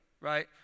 right